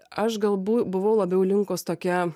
aš galbū buvau labiau linkus tokia